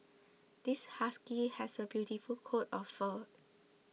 this husky has a beautiful coat of fur